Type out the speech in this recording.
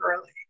early